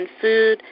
food